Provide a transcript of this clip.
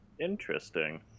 Interesting